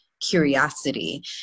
curiosity